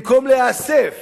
במקום להיאסף